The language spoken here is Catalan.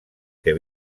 que